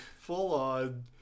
full-on